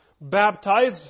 baptized